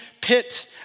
pit